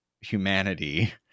humanity